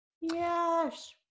Yes